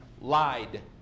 lied